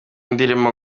ndirimbo